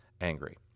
angry